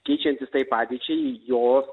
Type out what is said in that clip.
keičiantis tai padėčiai jos